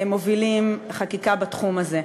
שמובילים חקיקה בתחום הזה.